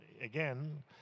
again